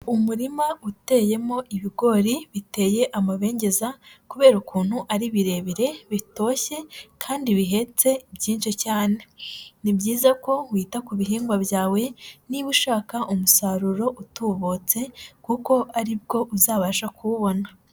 Umurima uteyemo ibigori biteye amabengeza kubera ukuntu ari birebire bitoshye kandi bihetse byinshi cyane, ni byiza ko wita ku bihingwa byawe niba ushaka umusaruro utubutse kuko ari bwo uzabasha kuwubona.